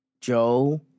Joe